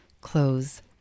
Close